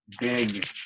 big